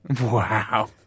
Wow